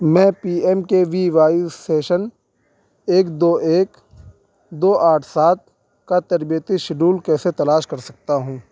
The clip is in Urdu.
میں P M K V Y session ایک دو ایک دو آٹھ سات کا تربیتی شیڈول کیسے تلاش کر سکتا ہوں